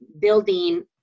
building